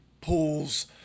pools